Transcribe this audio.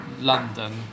London